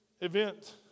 event